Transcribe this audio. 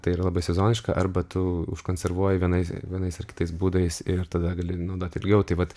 tai yra labai sezoniška arba tu užkonservuoji vienais vienais ar kitais būdais ir tada gali naudoti ilgiau tai vat